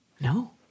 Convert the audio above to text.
No